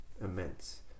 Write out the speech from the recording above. immense